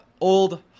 old